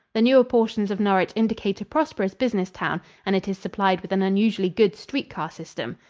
the newer portions of norwich indicate a prosperous business town and it is supplied with an unusually good street-car system.